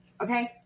Okay